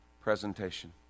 Presentation